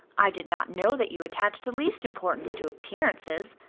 i did not know that you attached the least importance to appearances.